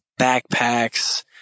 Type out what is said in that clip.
backpacks